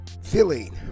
feeling